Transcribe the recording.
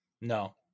No